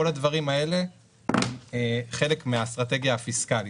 כל הדברים האלה הם חלק מהאסטרטגיה הפיסקלית.